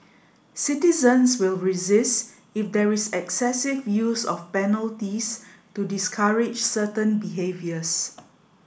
citizens will resist if there is excessive use of penalties to discourage certain behaviours